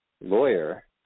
lawyer